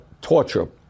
torture